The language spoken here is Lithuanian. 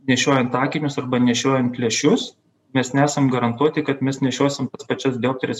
nešiojant akinius arba nešiojant lęšius mes nesam garantuoti kad mes nešiosim tas pačias dioptrijas